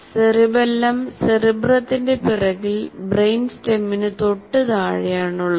cerebellum സെറിബ്രത്തിന്റെ പുറകിൽ brain സ്റ്റമിന്റെ തൊട്ടു താഴെ ആണുള്ളത്